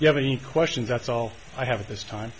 you have any questions that's all i have at this time